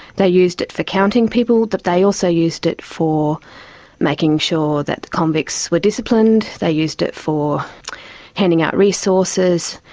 they used it for counting people but they also used it for making sure that the convicts were disciplined, they used it for handing out resources,